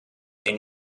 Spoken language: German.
den